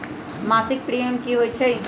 मासिक प्रीमियम की होई छई?